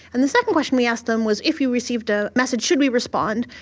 and the second question we asked them was if you received a message, should we respond?